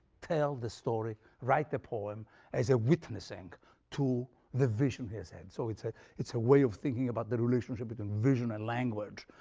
tell the story, write the poem as a witnessing to the vision he has had. so it's ah it's a way of thinking about the relationship between vision and language,